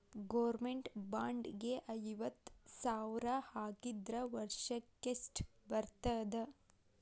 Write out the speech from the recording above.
Government bond ಗೆ ಐವತ್ತ ಸಾವ್ರ್ ಹಾಕಿದ್ರ ವರ್ಷಕ್ಕೆಷ್ಟ್ ಬರ್ತದ?